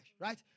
right